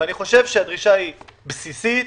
הדרישה היא בסיסית